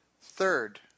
Third